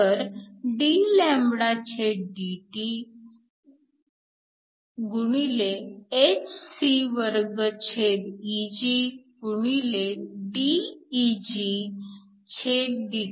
तर dλdT hc2Eg dEgdT